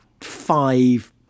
five